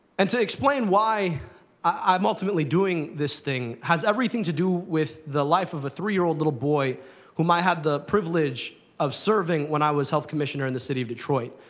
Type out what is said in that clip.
and to explain why i'm ultimately doing this thing has everything to do with the life of a three year old little boy whom i had the privilege of serving when i was health commissioner in the city of detroit.